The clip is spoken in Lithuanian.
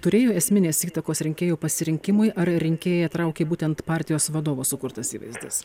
turėjo esminės įtakos rinkėjų pasirinkimui ar rinkėją traukė būtent partijos vadovo sukurtas įvaizdis